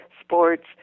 sports